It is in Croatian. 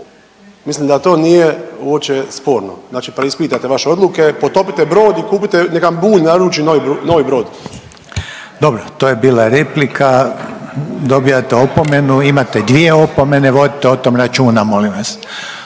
mislim da to nije uopće sporno. Znači preispitate vaše odluke, potopite brod i kupite, nek vam Bulj naruči novi brod. **Reiner, Željko (HDZ)** Dobro. To je bila replika, dobijate opomenu, imate dvije opomenu, vodite o tom računa, molim vas.